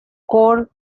core